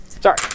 Sorry